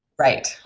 Right